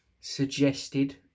suggested